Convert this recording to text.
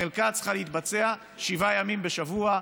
חלקה צריכה להתבצע שבעה ימים בשבוע,